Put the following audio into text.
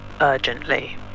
Urgently